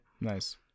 Nice